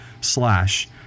slash